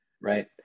right